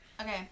Okay